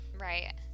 right